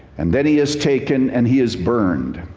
and then he is taken and he is burned.